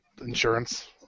insurance